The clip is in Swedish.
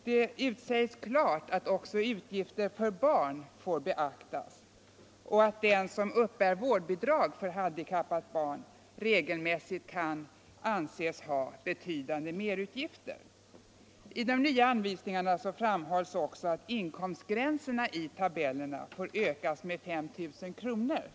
Det utsägs klart att också utgifter för barn får beaktas och att den som uppbär vårdbidrag för handikappat barn regelmässigt kan anses ha betydande merutgifter. I de nya anvisningarna framhålls också att inkomstgränserna i tabellerna får ökas med 5 000 kr.